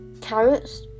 carrots